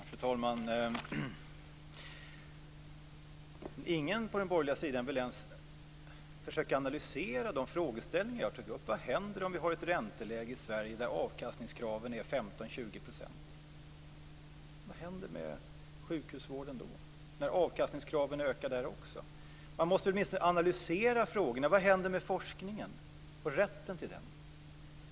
Fru talman! Ingen på den borgerliga sidan vill ens försöka analysera de frågeställningar jag tog upp. Vad händer om vi har ett ränteläge i Sverige där avkastningskraven är 15-20 %? Vad händer med sjukhusvården när avkastningskraven ökar där också? Man måste väl åtminstone analysera frågorna? Vad händer med forskningen och rätten till den?